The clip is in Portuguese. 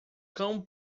cão